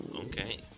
Okay